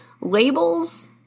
Labels